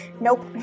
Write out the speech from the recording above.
Nope